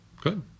Good